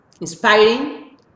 inspiring